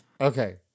Okay